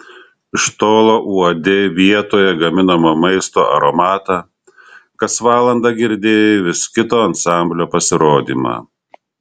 iš tolo uodei vietoje gaminamo maisto aromatą kas valandą girdėjai vis kito ansamblio pasirodymą